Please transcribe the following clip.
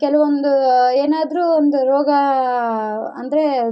ಕೆಲವೊಂದು ಏನಾದರು ಒಂದು ರೋಗ ಅಂದರೆ